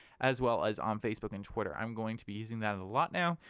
as well as on facebook and twitter i'm going to be using that and a lot now.